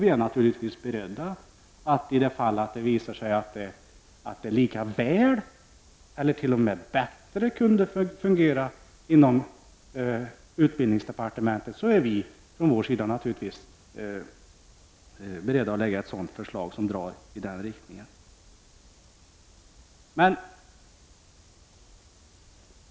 Vi är naturligtvis beredda att i det fall det visar sig att det likaväl, eller t.o.m. bättre, kan fungera inom utbildningsdepartementet att lägga förslag i den riktningen.